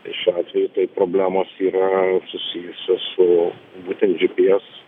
tai šiuo atveju tai problemos yra susijusios su būtent gps